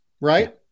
right